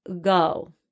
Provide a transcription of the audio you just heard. go